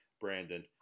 Brandon